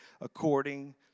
according